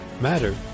matter